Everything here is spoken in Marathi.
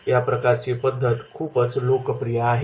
या प्रकारची पद्धत खूपच लोकप्रिय आहे